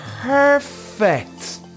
perfect